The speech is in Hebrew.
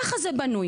ככה זה בנוי.